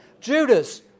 Judas